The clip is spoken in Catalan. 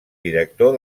director